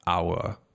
hour